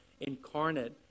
incarnate